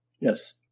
Yes